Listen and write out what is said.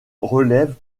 relève